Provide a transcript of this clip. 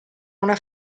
una